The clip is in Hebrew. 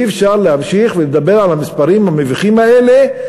אי-אפשר להמשיך לדבר על המספרים המביכים האלה,